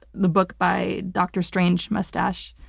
the book by dr. strange mustache,